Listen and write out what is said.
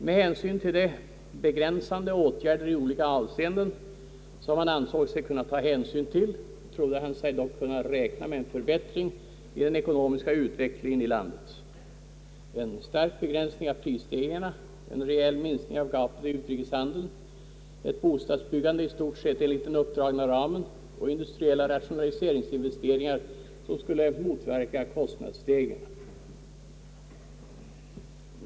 Med hänsyn till de begränsande åtgärder i olika avseenden som han ansåg sig kunna ta hänsyn till trodde han sig dock kunna räkna med en förbättring i den ekonomiska utvecklingen i landet, en stark begränsning av prisstegringarna, en reell minskning av gapet i utrikeshandeln, ett bostadsbyggande i stort sett efter den uppdragna ramen och industriella rationaliseringsinvesteringar som skulle motverka kostnadsstegringar.